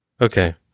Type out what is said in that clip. Okay